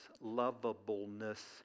lovableness